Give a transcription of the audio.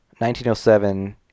1907